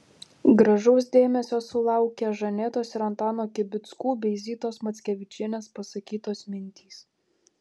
gražaus dėmesio sulaukė žanetos ir antano kibickų bei zitos mackevičienės pasakytos mintys